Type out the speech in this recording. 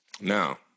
Now